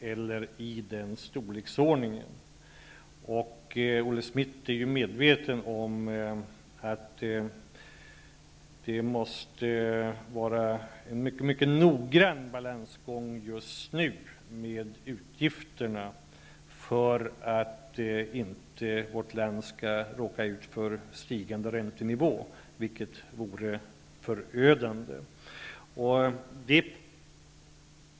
Olle Schmidt är medveten om att vi måste gå en mycket noggrann balansgång med utgifterna just nu, för att vårt land inte skall råka ut för en stigande räntenivå, vilket vore förödande.